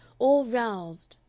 all roused.